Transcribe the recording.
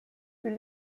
will